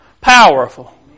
powerful